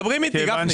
מדברים איתי, גפני.